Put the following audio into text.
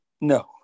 No